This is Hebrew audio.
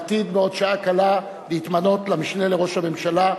העתיד בעוד שעה קלה להתמנות למשנה לראש הממשלה,